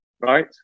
Right